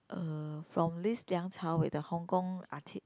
uh from this Yang-Chow-Wei the Hong-Kong arti~